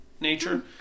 nature